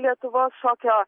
lietuvos šokio